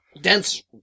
dense